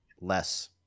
less